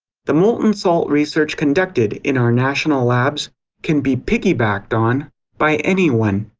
the molten salt research conducted in our national labs can be piggybacked on by anyone.